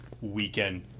weekend